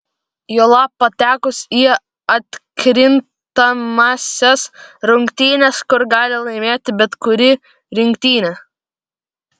juolab patekus į atkrintamąsias rungtynes kur gali laimėti bet kuri rinktinė